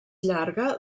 llarga